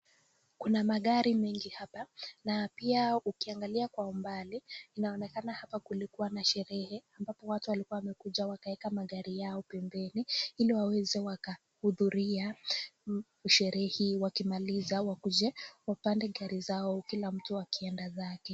Kuna magari mengi hapa na pia ukiangalia kwa umbali inaonekana hapa kulikuwa na sherehe ambapo watu walikuwa wamekuja wakaweka magari yao pembeni ili waweze wakahudhuria sherehe hii wakimaliza wakuje wapande gari zao kila mtu akienda zake.